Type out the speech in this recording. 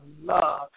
love